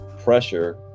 pressure